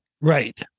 Right